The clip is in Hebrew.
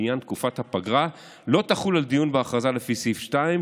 עניין תקופת הפגרה לא תחול על דיון בהכרזה לפי סעיף 2,